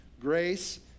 Grace